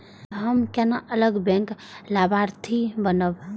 हम केना अलग बैंक लाभार्थी बनब?